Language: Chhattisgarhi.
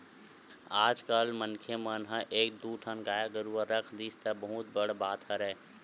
आजकल मनखे मन ह एक दू ठन गाय गरुवा रख लिस त बहुत बड़ बात हरय